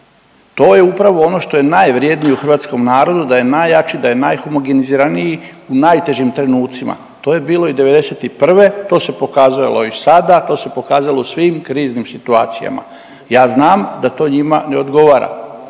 To je upravo ono što je najvrjednije u hrvatskom narodu, da je najjači i da je najhomogeniziraniji u najtežim trenucima, to je bilo i '91., to se pokazalo i sada, to se pokazalo u svim kriznim situacijama. Ja znam da to njima ne odgovara,